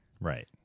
right